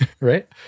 right